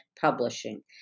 Publishing